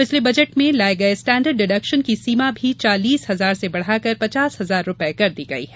पिछले बजट में लाये गये स्टेंडर्ड डिडक्शन की सीमा भी चालीस हजार से बढ़ाकर पचास हजार रूपये कर दी गई है